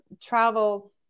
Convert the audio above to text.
travel